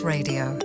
Radio